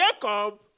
Jacob